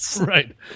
Right